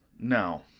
now,